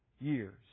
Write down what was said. years